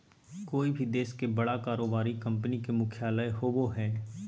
कोय भी देश के बड़ा कारोबारी कंपनी के मुख्यालय होबो हइ